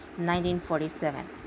1947